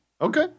Okay